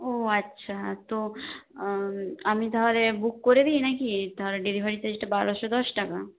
ও আচ্ছা তো আমি তাহলে বুক করে দিই না কি তাহলে ডেলিভারি চার্জটা বারোশো দশ টাকা